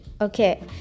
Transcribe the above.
Okay